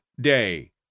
day